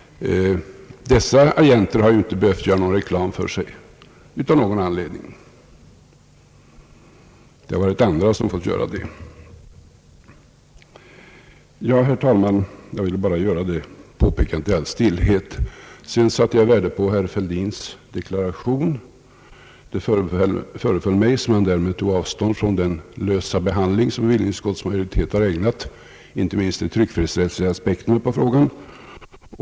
Dessa agenter har inte behövt göra någon reklam för sig av någon anledning. Det har varit andra som fått göra det. Herr talman! Jag ville bara göra detta påpekande i all stillhet. För övrigt satte jag värde på herr Fälldins deklaration. Det föreföll mig som om han därmed tog avstånd från den lösa behandling bevillningsutskottets majoritet har ägnat inte minst de tryckfrihetsrättsliga aspekterna på frågan.